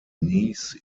knees